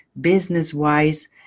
business-wise